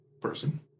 person